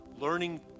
Learning